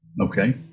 Okay